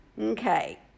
Okay